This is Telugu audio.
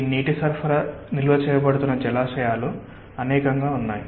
ఈ నీటి సరఫరా నిల్వ చేయబడుతున్న జలాశయాలు అనేకంగా ఉన్నాయి